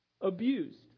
abused